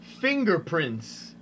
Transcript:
fingerprints